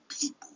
people